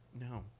No